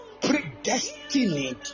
predestined